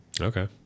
Okay